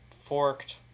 forked